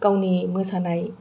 गावनि मोसानाय